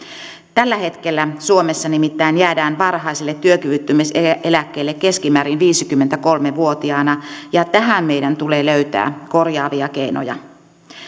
tällä hetkellä suomessa nimittäin jäädään varhaiselle työkyvyttömyyseläkkeelle keskimäärin viisikymmentäkolme vuotiaana ja tähän meidän tulee löytää korjaavia keinoja